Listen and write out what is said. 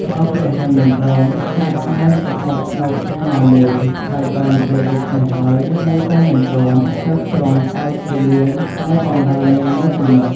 បើព្រះនាងមិនព្រម ព្រះអង្គនឹងសុគតនៅថ្ងៃណាមួយ ហើយបើនិយាយដូច្នេះហើយនៅតែមិនព្រម ទើបទ្រង់ឱ្យភីលៀងនៅបម្រើនាងនៅទីនោះ។